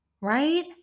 right